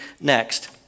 next